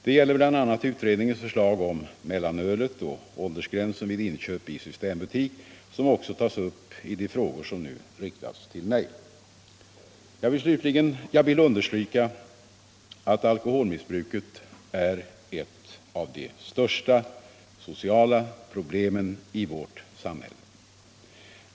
Det gäller bl.a. utredningens förslag om mellanölet och åldersgränsen vid inköp i systembutik som också tas upp i de frågor som nu riktats till mig. Jag vill understryka att alkoholmissbruket är ett av de största sociala problemen i vårt samhälle.